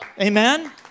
Amen